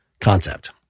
concept